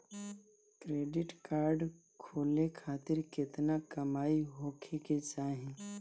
Credit card खोले खातिर केतना कमाई होखे के चाही?